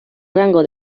rango